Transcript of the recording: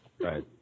Right